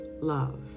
love